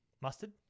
Mustard